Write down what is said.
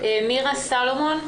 מירה סולומון.